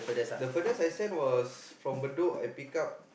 the furthest I send was from Bedok I pick up